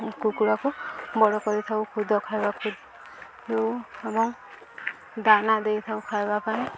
କୁକୁଡ଼ାକୁ ବଡ଼ କରିଥାଉ ଖୁଦ ଖାଇବାକୁ ଦେଉ ଏବଂ ଦାନା ଦେଇଥାଉ ଖାଇବା ପାଇଁ